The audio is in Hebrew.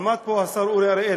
עמד פה השר אורי אריאל,